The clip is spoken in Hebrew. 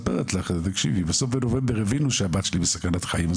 תקשיבי בסוף בנובמבר הבינו שהבת שלי בסכנת חיים,